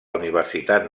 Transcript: universitat